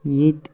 ییٚتہِ